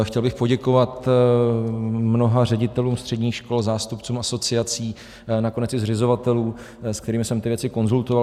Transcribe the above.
Chtěl bych poděkovat mnoha ředitelům středních škol, zástupcům asociací, nakonec i zřizovatelům, s kterými jsem ty věci konzultoval.